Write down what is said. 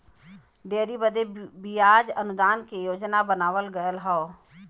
dairy बदे बियाज अनुदान के योजना बनावल गएल हौ